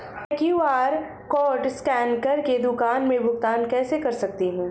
मैं QR code scan कर के दुकान में भुगतान कैसे कर सकती हूँ?